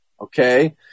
okay